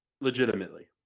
legitimately